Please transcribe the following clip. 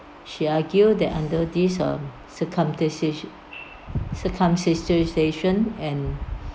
she argued that under these uh circumdecis~ circumstances and